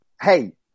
hey